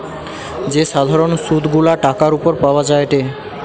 যে সাধারণ সুধ গুলা টাকার উপর পাওয়া যায়টে